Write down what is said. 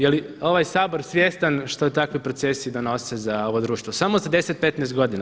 Je li ovaj Sabor svjestan što takvi procesi donose za ovo društvo samo za 10, 15 godina?